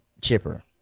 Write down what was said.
Chipper